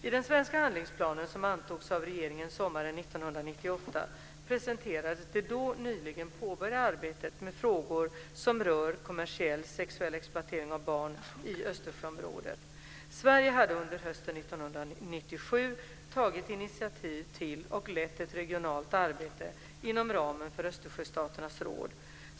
I den svenska handlingsplanen, som antogs av regeringen sommaren 1998, presenterades det då nyligen påbörjade arbetet med frågor som rör kommersiell sexuell exploatering av barn i Östersjöområdet. Sverige hade under hösten 1997 tagit initiativ till och lett ett regionalt arbete inom ramen för Östersjöstaternas råd.